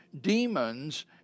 demons